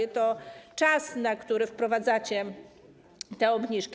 Jedna to czas, na który wprowadzacie te obniżki.